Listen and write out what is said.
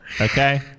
Okay